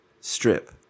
strip